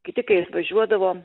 kiti kai atvažiuodavom